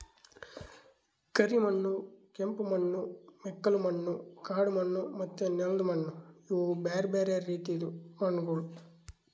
ಕರಿ ಮಣ್ಣು, ಕೆಂಪು ಮಣ್ಣು, ಮೆಕ್ಕಲು ಮಣ್ಣು, ಕಾಡು ಮಣ್ಣು ಮತ್ತ ನೆಲ್ದ ಮಣ್ಣು ಇವು ಬ್ಯಾರೆ ಬ್ಯಾರೆ ರೀತಿದು ಮಣ್ಣಗೊಳ್